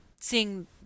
seeing